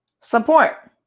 support